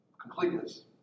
completeness